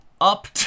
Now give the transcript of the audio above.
up